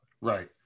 Right